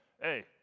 hey